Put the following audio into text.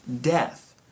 Death